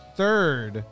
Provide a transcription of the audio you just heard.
third